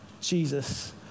Jesus